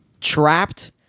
trapped